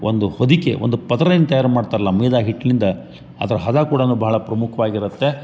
ಒಂದು ಹೊದಿಕೆ ಒಂದು ಪದರೇನು ತಯಾರು ಮಾಡ್ತಾರಲ್ಲ ಮೈದಾ ಹಿಟ್ಲಿಂದ ಅದ್ರ ಹದ ಕೂಡನು ಭಾಳ ಪ್ರಮುಖವಾಗಿರುತ್ತೆ